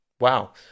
Wow